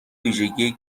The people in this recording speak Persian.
ویژگی